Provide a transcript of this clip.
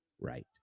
right